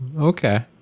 Okay